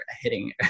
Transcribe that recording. hitting